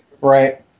right